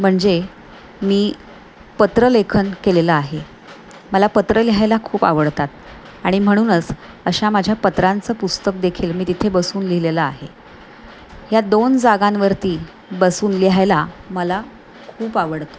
म्हणजे मी पत्रलेखन केलेलं आहे मला पत्र लिहायला खूप आवडतात आणि म्हणूनच अशा माझ्या पत्रांचं पुस्तक देखील मी तिथे बसून लिहिलेलं आहे ह्या दोन जागांवरती बसून लिहायला मला खूप आवडतं